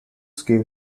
skill